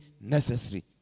necessary